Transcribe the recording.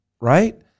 right